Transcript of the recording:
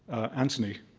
anthony,